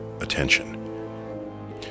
attention